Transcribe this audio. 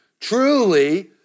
truly